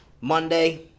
Monday